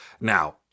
Now